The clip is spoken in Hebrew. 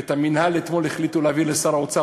את המינהל אתמול החליטו להעביר לשר האוצר,